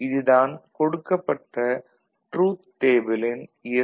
இது தான் கொடுக்கப்பட்ட ட்ரூத் டேபிளின் எஸ்